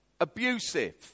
abusive